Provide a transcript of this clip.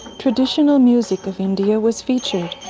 traditional music of india was featured,